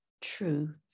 true